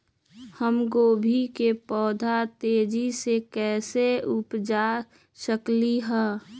हम गोभी के पौधा तेजी से कैसे उपजा सकली ह?